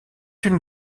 une